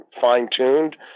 fine-tuned